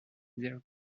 their